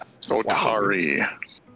Otari